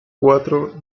cuatro